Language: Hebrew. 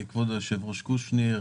כבוד היושב-ראש קושניר,